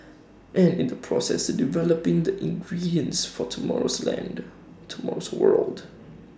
and in the process developing the ingredients for tomorrow's land tomorrow's world